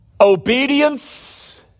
Obedience